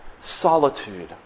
solitude